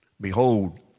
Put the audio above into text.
Behold